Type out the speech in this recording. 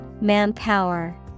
Manpower